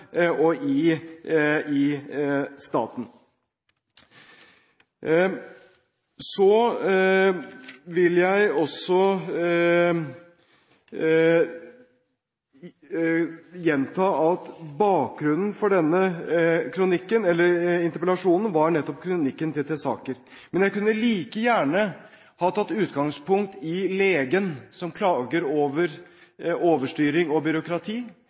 og i staten. Så vil jeg også gjenta at bakgrunnen for denne interpellasjonen var nettopp kronikken til Tesaker. Men jeg kunne like gjerne tatt utgangspunkt i legen som klager over overstyring og byråkrati,